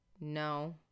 no